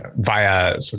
via